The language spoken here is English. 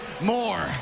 more